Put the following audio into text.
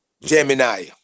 Gemini